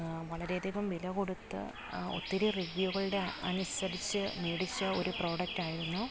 വളരെയധികം വില കൊടുത്ത് ഒത്തിരി റിവ്യൂകളുടെ അനുസരിച്ച് മേടിച്ച ഒരു പ്രോഡക്റ്റ് ആയിരുന്നു